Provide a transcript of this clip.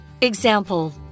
Example